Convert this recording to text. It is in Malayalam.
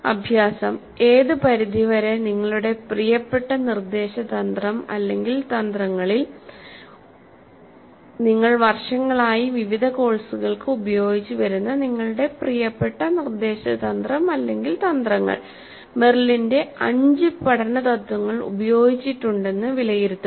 അഭ്യാസം ഏതു പരിധിവരെ നിങ്ങളുടെ പ്രിയപ്പെട്ട നിർദേശ തന്ത്രം തന്ത്രങ്ങളിൽ നിങ്ങൾ വർഷങ്ങളായിവിവിധ കോഴ്സുകൾക്ക് ഉപയോഗിച്ച് വരുന്ന നിങ്ങളുടെ പ്രിയപ്പെട്ട നിർദേശ തന്ത്രം തന്ത്രങ്ങൾ മെറിലിന്റെ അഞ്ച് പഠന തത്വങ്ങൾ ഉപയോഗിച്ചിട്ടുണ്ടെന്നു വിലയിരുത്തുക